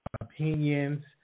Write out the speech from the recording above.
opinions